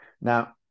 Now